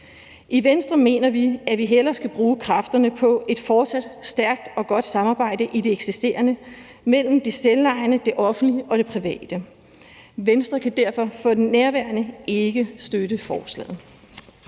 I Venstre mener vi, at vi hellere skal bruge kræfterne på et fortsat stærkt og godt samarbejde i det eksisterende mellem det selvejende, det offentlige og det private. Venstre kan derfor for nærværende ikke støtte forslaget.